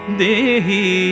dehi